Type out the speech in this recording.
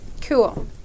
Cool